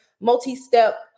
multi-step